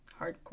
Hardcore